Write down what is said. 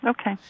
Okay